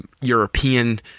European